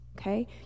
okay